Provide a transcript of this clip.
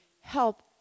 help